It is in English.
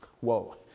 Whoa